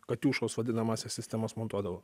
katiušos vadinamąsias sistemas montuodavo